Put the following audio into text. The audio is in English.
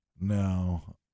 No